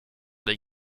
des